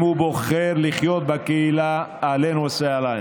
אם הוא בוחר לחיות בקהילה, אהלן וסהלן.